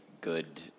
good